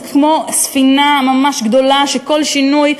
זה כמו ספינה ממש גדולה שכל שינוי,